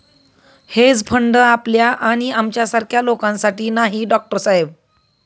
hedge fund आपल्या आणि आमच्यासारख्या लोकांसाठी नाही, डॉक्टर साहेब